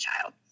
child